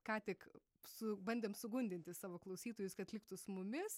ką tik su bandėm sugundyti savo klausytojus kad liktų su mumis